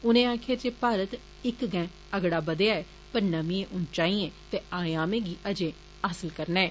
उनें आक्खेआ जे भारत इक गैऽ अगड़ा बदेआ ऐ पर नमिए उच्चाइएं ते आयामें गी अजें हासिल करना ऐ